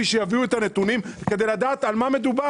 שיביאו את הנתונים כדי לדעת על מה מדובר.